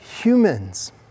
humans